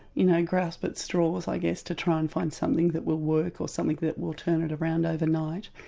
you know grasp at straws i guess, to try and find something that will work, or something that will turn it around overnight.